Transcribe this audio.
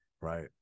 Right